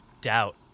doubt